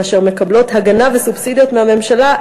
ואשר מקבלות הגנה וסובסידיות מהממשלה,